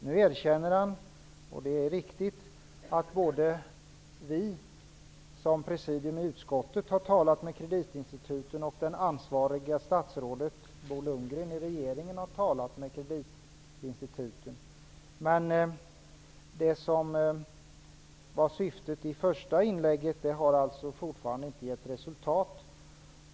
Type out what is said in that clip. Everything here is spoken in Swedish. Nu erkänner han -- och det är riktigt -- att både presidiet i utskottet och det ansvariga statsrådet, Bo Lundgren, har talat med kreditinstituten. Men det syfte som angavs i det första inlägget har alltså fortfarande inte inträffat.